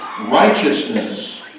Righteousness